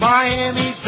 Miami